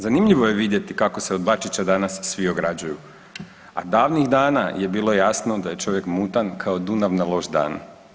Zanimljivo je vidjeti kako se od Bačića danas svi ograđuju, a davnih dana je bilo jasno da je čovjek mutan kao Dunav na loš dan.